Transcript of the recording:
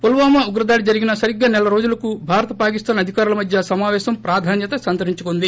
పుల్పామా ఉగ్రదాడి జరిగిన సరిగ్గా సెలరోజులకు భారత్ పాకిస్తాన్ అధికారుల మధ్య సమాపేశం ప్రాధాన్యత సంతరించుకొంది